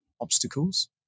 obstacles